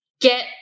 get